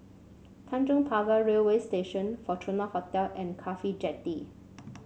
Tanjong Pagar Railway Station Fortuna Hotel and CAFHI Jetty